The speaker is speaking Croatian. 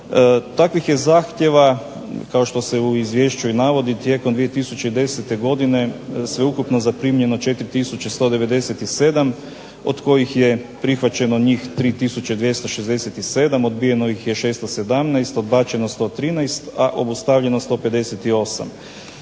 Takvih je zahtjeva kao što se u izvješću navodi tijekom 2010. godine sveukupno zaprimljeno 4 tisuće 197 od kojih je od njih prihvaćeno 3 tisuće 267, odbijeno ih je 617, odbačeno 113, a obustavljeno 158.